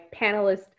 panelists